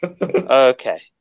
Okay